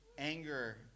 Anger